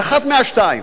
אז אחת מהשתיים,